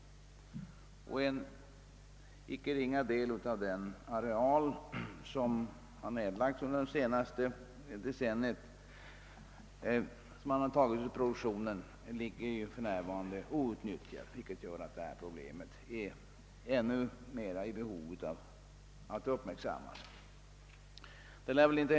En icke ringa del av den åkerareal som nedlagts under det senaste decenniet ligger för närvarande outnyttjad. Detta gör det ännu mera nödvändigt att naturvårdsproblemen uppmärksammas mer än hittills.